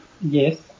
Yes